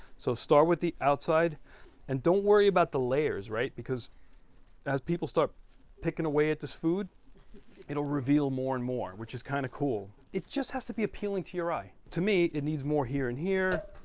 so start with the outside and don't worry about the layers right? because as people start picking away at this food it'll reveal more and more, which is kind of cool. it just has to be appealing to your eye. to me, it needs more here and here.